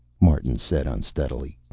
martin said unsteadily.